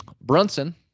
Brunson